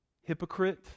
hypocrite